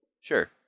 Sure